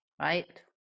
right